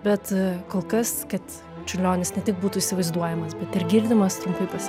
bet kol kas kad čiurlionis ne tik būtų įsivaizduojamas bet ir girdimas trumputis